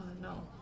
no